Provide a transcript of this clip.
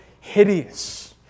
hideous